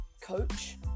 coach